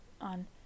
on